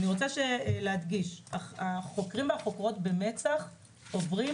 אני רוצה להדגיש שהחוקרים והחוקרות במצ"ח עוברים